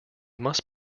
must